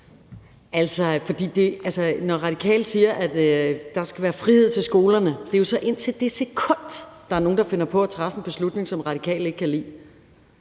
Når Radikale siger, at der skal være frihed til skolerne, er det kun indtil det sekund, hvor der er nogen, der finder på at træffe en beslutning, som Radikale ikke kan lide.